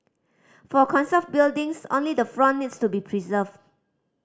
for conserved buildings only the front needs to be preserved